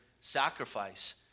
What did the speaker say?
sacrifice